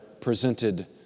presented